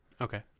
Okay